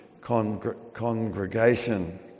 congregation